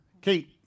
Kate